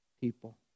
people